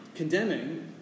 Condemning